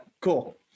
cool